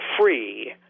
free